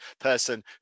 person